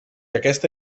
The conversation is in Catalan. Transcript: aquesta